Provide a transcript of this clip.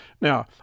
Now